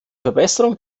verbesserung